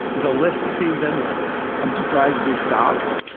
the list seems endless i'm surprised they stopped.